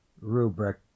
rubric